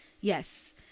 yes